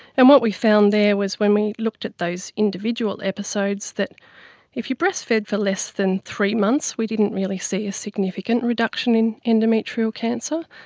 and what we found there was when we looked at those individual episodes, that if you breastfed for less than three months we didn't really see a significant reduction in endometrial cancer,